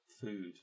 food